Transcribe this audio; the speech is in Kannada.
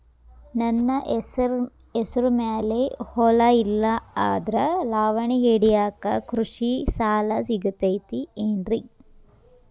ನನ್ನ ಹೆಸರು ಮ್ಯಾಲೆ ಹೊಲಾ ಇಲ್ಲ ಆದ್ರ ಲಾವಣಿ ಹಿಡಿಯಾಕ್ ಕೃಷಿ ಸಾಲಾ ಸಿಗತೈತಿ ಏನ್ರಿ?